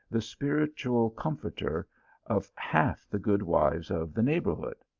the spiritual comforter of half the good wives of the neighbourhood.